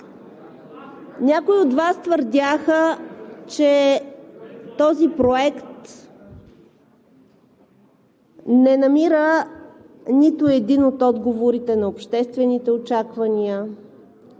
Някои от Вас твърдяха, че този проект не намира нито един от отговорите на обществените очаквания,